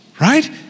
right